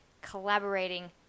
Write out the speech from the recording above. collaborating